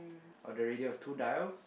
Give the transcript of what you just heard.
on the radio there's two dials